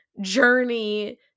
journey